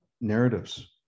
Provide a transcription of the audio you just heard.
narratives